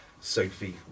Sophie